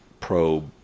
probe